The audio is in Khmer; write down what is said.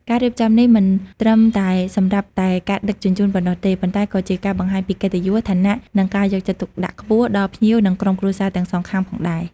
ការរៀបចំនេះមិនត្រឹមតែសម្រាប់តែការដឹកជញ្ជូនប៉ុណ្ណោះទេ ប៉ុន្តែក៏ជាការបង្ហាញពីកិត្តិយស ឋានៈ និងការយកចិត្តទុកដាក់ខ្ពស់ដល់ភ្ញៀវនិងក្រុមគ្រួសារទាំងសងខាងផងដែរ។